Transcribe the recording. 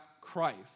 Christ